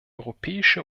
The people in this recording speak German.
europäische